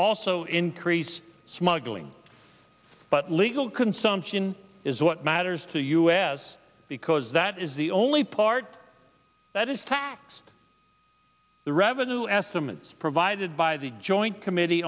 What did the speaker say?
also increase smuggling but legal consumption is what matters to us because that is the only part that is taxed the revenue estimates provided by the joint committee